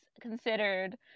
considered